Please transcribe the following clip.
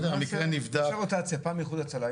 המקרה נבדק -- תעשו רוטציה פעם איחוד והצלה,